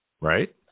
Right